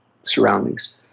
surroundings